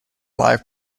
live